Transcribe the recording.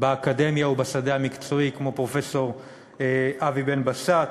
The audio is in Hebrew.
באקדמיה ובשדה המקצועי, כמו פרופסור אבי בן-בסט,